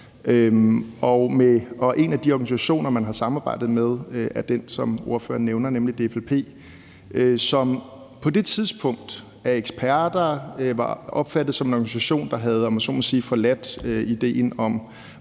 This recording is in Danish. En af de organisationer, man har samarbejdet med, er den, som ordføreren nævner, nemlig DFLP, som på det tidspunkt af eksperter var opfattet som en organisation, der havde, om jeg så